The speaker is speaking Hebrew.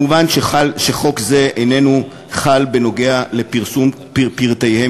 מובן שחוק זה איננו חל בנוגע לפרסום פרטיהם